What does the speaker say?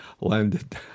landed